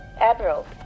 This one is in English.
Admiral